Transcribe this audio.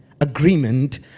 agreement